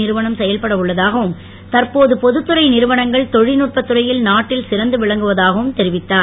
நிறுவனம் செயல்பட உள்ளதாகவும் தற்போது பொதுத்துறை நிறுவனங்கள் தொழில்நுட்பத் துறையில் நாட்டில் சிறந்து விளங்குவதாக தெரிவித்தார்